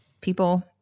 People